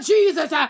Jesus